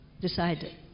decided